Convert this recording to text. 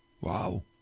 Wow